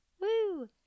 Woo